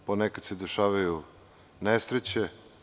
Ponekad se dešavaju nesreće.